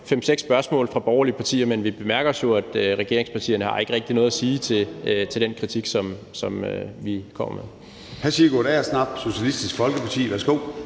spørgsmål fra de borgerlige partier. Men vi bemærker jo også, at regeringspartierne ikke rigtig har noget at sige til den kritik, som vi kommer med.